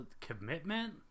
commitment